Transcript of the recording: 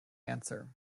answer